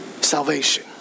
salvation